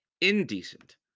indecent